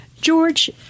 George